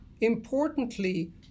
Importantly